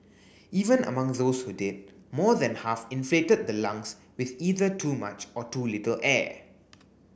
even among those who did more than half inflated the lungs with either too much or too little air